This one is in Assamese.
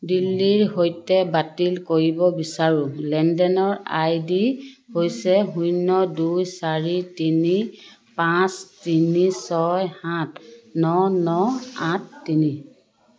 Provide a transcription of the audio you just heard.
দিল্লীৰ সৈতে বাতিল কৰিব বিচাৰোঁ লেনদেনৰ আই ডি হৈছে শূন্য দুই চাৰি তিনি পাঁচ তিনি ছয় সাত ন ন আঠ তিনি